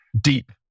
deep